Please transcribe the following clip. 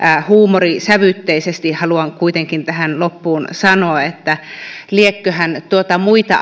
huumorisävytteisesti haluan kuitenkin tähän loppuun sanoa että lieköhän tuota muita